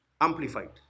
Amplified